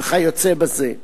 וכיוצא בזה.